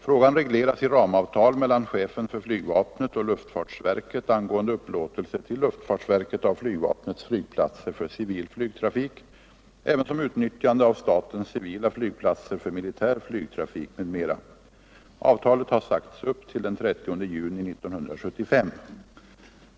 Frågan regleras i ramavtal mellan chefen för flygvapnet och luftfartsverket angående upplåtelse till luftfartsverket av flygvapnets flygplatser för civil flygtrafik, ävensom utnyttjande av statens civila flygplatser för militär flygtrafik m.m. Avtalet har sagts upp till den 30 juni 1975.